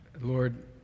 Lord